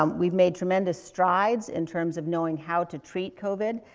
um we've made tremendous strides in terms of knowing how to treat covid.